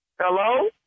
Hello